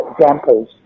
examples